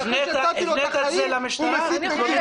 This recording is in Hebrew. שאחרי שהצלתי לו את החיים הוא מסית נגדי?